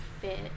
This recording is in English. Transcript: fit